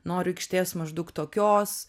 noriu aikštės maždaug tokios